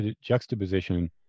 juxtaposition